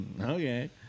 Okay